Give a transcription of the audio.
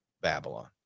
Babylon